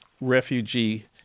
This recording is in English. refugee